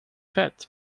pet